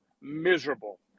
miserable